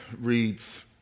reads